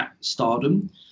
stardom